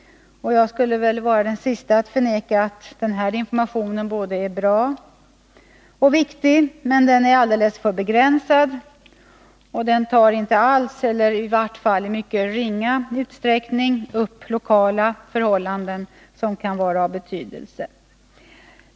Jag är den sista att förneka att den informationen är både bra och viktig, men den är alldeles för begränsad och tar inte alls eller i vart fall i mycket ringa utsträckning upp lokala förhållanden som kan vara av betydelse.